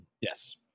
Yes